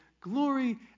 glory